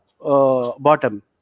bottom